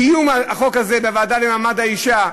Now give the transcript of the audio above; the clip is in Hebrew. קיום הדיון בחוק הזה בוועדה למעמד האישה,